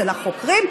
אצל החוקרים,